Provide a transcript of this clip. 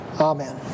Amen